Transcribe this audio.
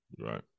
right